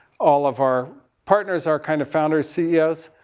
all of our partners are kind of founders, ceos.